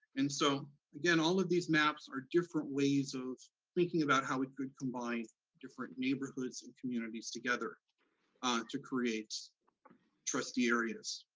and so again, all of these maps are different ways of thinking about how we could combine different neighborhoods and communities together to create trustee areas.